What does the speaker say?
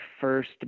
first